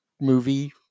movie